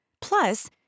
Plus